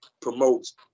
promotes